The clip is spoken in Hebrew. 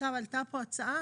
עכשיו עלתה פה הצעה,